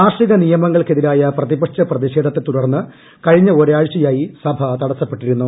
കാർഷിക നിയമങ്ങൾക്കെതിരായ പ്രതിപക്ഷ പ്രതിഷേധത്തെ തുടർന്ന് കഴിഞ്ഞ ഒരാഴ്ചയായി സഭ തടസപ്പെട്ടിരുന്നു